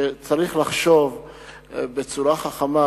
ואומר שצריך לחשוב בצורה חכמה